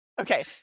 Okay